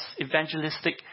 evangelistic